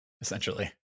essentially